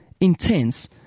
intense